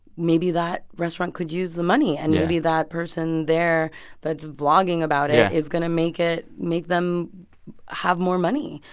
maybe that restaurant could use the money yeah and maybe that person there that's vlogging about it is going to make it make them have more money.